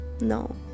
No